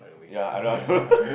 ya I know